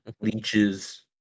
Leeches